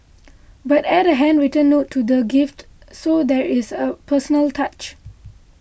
but add a handwritten note to the gift so there is a personal touch